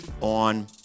on